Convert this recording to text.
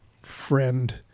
friend